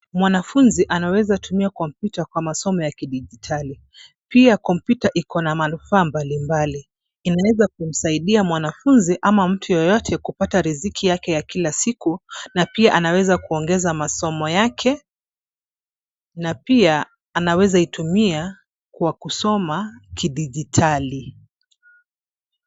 Mwanafunzi anaweza tumia kompyuta kwa masomo ya kidijitali pia kompyuta iko na manufaa mbalimbali inaweza kumsaidia mwanafunzi ama mtu yeyote kupata riziki yake ya kila siku na pia anaweza kuongeza masomo yake na pia anaweza itumia kwa kusoma kidijitali.